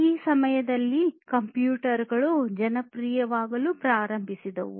ಆ ಸಮಯದಲ್ಲಿಯೇ ಕಂಪ್ಯೂಟರ್ ಗಳು ಜನಪ್ರಿಯವಾಗಲು ಪ್ರಾರಂಭಿಸುತ್ತಿದ್ದವು